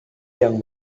yang